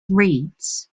reeds